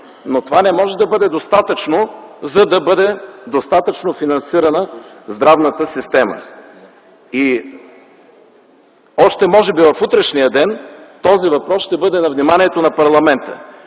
Това не може да бъде достатъчно, за да бъде финансирана здравната система. И може би още в утрешния ден този въпрос ще бъде на вниманието на парламента.